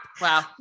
Wow